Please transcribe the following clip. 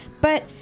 but-